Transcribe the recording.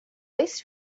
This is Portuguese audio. dois